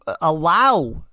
allow